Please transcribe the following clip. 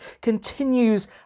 continues